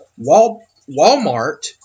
Walmart